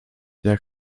jak